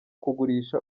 kugurisha